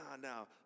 no